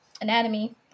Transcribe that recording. anatomy